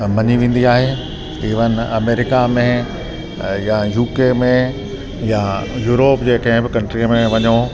मञी वेंदी आहे ईवन अमेरिका में या यूके में या यूरोप जे कंहिं बि कंट्रीअ में वञो